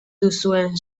duzuen